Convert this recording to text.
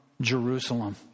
Jerusalem